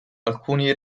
alcuni